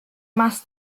más